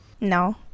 No